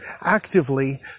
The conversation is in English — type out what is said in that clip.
actively